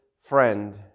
friend